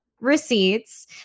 receipts